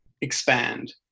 expand